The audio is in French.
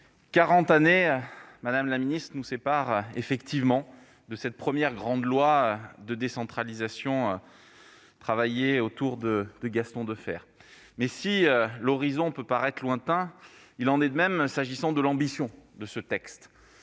collègues, quarante années nous séparent effectivement de cette première grande loi de décentralisation travaillée autour de Gaston Defferre. Si l'horizon peut paraître lointain, il en est de même de l'ambition de ce texte,